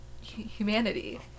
humanity